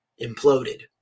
imploded